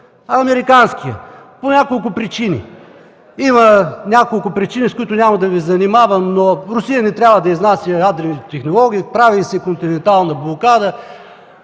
а американският по няколко причини. Има няколко причини, с които няма да Ви занимавам, но Русия не трябва да изнася ядрени технологии, прави се континентална блокада.